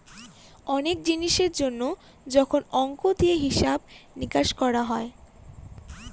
অনেক জিনিসের জন্য যখন অংক দিয়ে হিসাব নিকাশ করা হয়